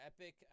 epic